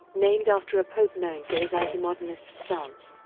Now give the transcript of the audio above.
named after a pope known for his anti-modernist stance.